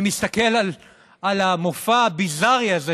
אני מסתכל על המופע הביזארי הזה,